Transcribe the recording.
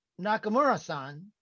Nakamura-san